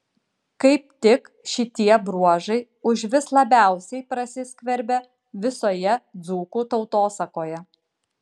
kaip tik šitie bruožai užvis labiausiai prasiskverbia visoje dzūkų tautosakoje